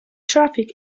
traffic